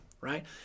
right